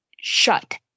shut